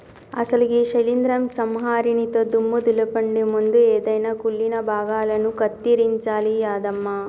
అసలు గీ శీలింద్రం సంహరినితో దుమ్ము దులపండి ముందు ఎదైన కుళ్ళిన భాగాలను కత్తిరించాలి యాదమ్మ